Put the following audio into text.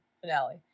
finale